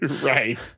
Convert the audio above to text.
Right